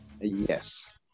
Yes